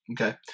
Okay